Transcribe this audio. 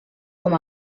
com